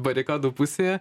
barikadų pusėje